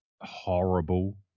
horrible